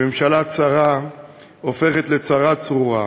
ממשלה צרה הופכת לצרה צרורה,